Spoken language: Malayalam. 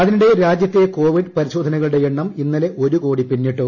അതിനിടെ രാജ്യത്തെ കോവിഡ് പ്രിശോധനകളുടെ എണ്ണം ഇന്നലെ ഒരു കോടി പിന്നിട്ടു